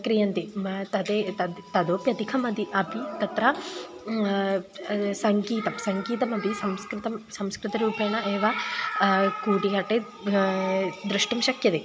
क्रियन्ते मा तदे तद् तथोप्यधिकम् अपि अपि तत्र सङ्गीतं सङ्गीतमपि संस्कृतं संस्कृतरूपेण एव कूडियाट्टे द्रष्टुं शक्यते